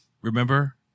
Remember